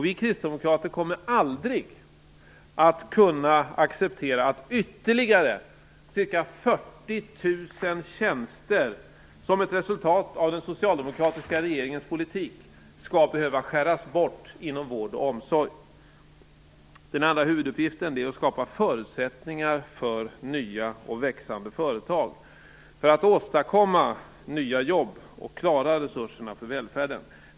Vi kristdemokrater kommer aldrig att kunna acceptera att ytterligare ca 40 000 tjänster som ett resultat av den socialdemokratiska regeringens politik skall behöva skäras bort inom vård och omsorg. Den andra huvuduppgiften är att skapa förutsättningar för nya och växande företag för att åstadkomma nya jobb och klara resurserna för välfärden.